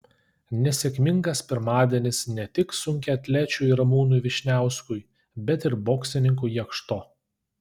nesėkmingas pirmadienis ne tik sunkiaatlečiui ramūnui vyšniauskui bet ir boksininkui jakšto